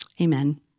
Amen